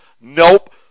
Nope